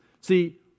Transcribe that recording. See